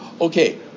Okay